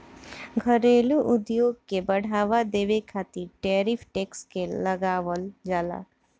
घरेलू उद्योग के बढ़ावा देबे खातिर टैरिफ टैक्स के लगावल जाला